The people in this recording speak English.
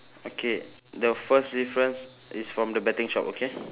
okay the first difference is from the betting shop okay